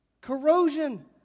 corrosion